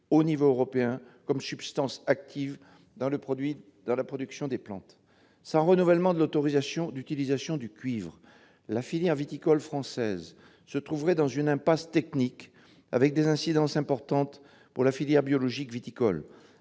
au niveau européen comme substance active dans la protection des plantes. Sans renouvellement de l'autorisation d'utilisation du cuivre, la filière viticole française se trouverait dans une impasse technique, avec des incidences importantes pour la filière biologique viticole.